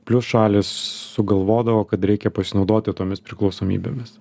plius šalys sugalvodavo kad reikia pasinaudoti tomis priklausomybėmis